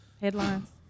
Headlines